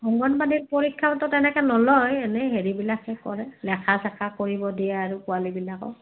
অংগনবাদীত পৰীক্ষাতো তেনেকৈ নলয় এনেই হেৰিবিলাক হে কৰে লেখা চেখা কৰিব দিয়ে আৰু পোৱালীবিলাকক